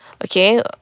okay